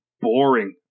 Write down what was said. boring